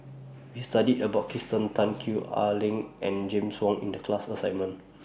We studied about Kirsten Tan Gwee Ah Leng and James Wong in The class assignment